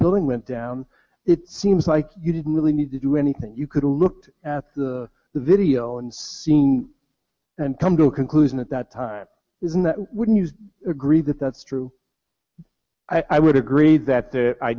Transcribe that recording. building went down it seems like you didn't really need to do anything you could look at the video and seen and come to a conclusion at that time isn't that wouldn't you agree that that's true i would agree that th